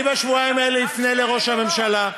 אני בשבועיים האלה אפנה לראש הממשלה,